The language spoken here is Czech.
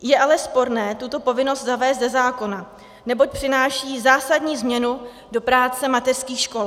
Je ale sporné tuto povinnost zavést ze zákona, neboť přináší zásadní změnu do práce mateřských škol.